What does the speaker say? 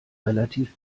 relativ